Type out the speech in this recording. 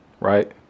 right